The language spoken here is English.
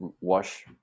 Wash